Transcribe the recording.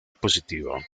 positivo